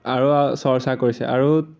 আৰু চৰ্চা কৰিছে আৰু